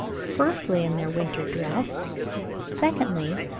firstly, in their winter dress secondly,